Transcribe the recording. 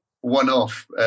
one-off